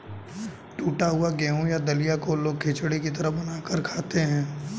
टुटा हुआ गेहूं या दलिया को लोग खिचड़ी की तरह बनाकर खाते है